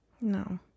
No